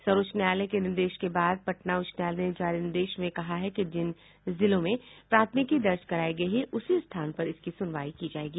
सर्वोच्च न्यायालय के निर्देश के बाद पटना उच्च न्यायालय ने जारी निर्देश में कहा है कि जिन जिलों में प्राथमिकी दर्ज करायी गयी है उसी स्थान पर इसकी सुनाई की जायेगी